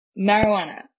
marijuana